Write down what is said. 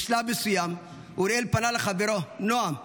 בשלב מסוים אוריאל פנה לחברו נועם,